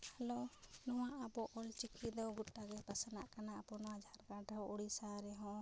hello ᱱᱚᱣᱟ ᱟᱵᱚ ᱚᱞ ᱪᱤᱠᱤ ᱫᱚ ᱜᱳᱴᱟᱜᱮ ᱯᱟᱥᱱᱟᱜ ᱠᱟᱱᱟ ᱟᱵᱚ ᱡᱷᱟᱲᱠᱷᱚᱸᱰ ᱨᱮᱦᱚᱸ ᱳᱰᱤᱥᱟ ᱨᱮᱦᱚᱸ